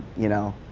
you know,